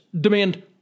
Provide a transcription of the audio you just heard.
demand